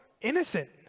innocent